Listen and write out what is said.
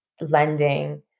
lending